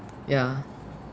ya